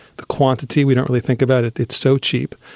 the quantity we don't really think about, it's so cheap,